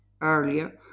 earlier